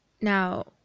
Now